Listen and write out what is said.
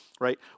right